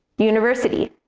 university.